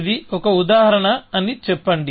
ఇది ఒక ఉదాహరణ అని చెప్పండి